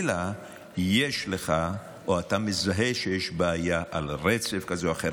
יש לך או אתה מזהה שיש בעיה על רצף כזה או אחר,